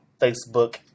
Facebook